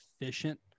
efficient